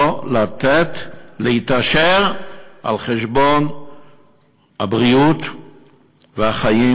לא לתת להתעשר על חשבון הבריאות והחיים